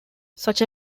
such